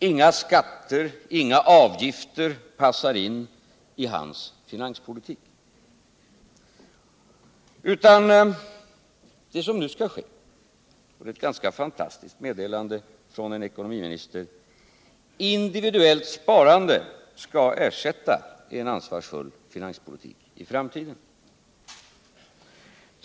Inga skatter, inga avgifter passar in i hans finanspolitik, utan det som nu skall ske är att individuellt sparande skall ersätta en ansvarsfull finanspolitik i framtiden — och det är ett ganska fantastiskt meddelande från en ekonomiminister.